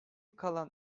kalan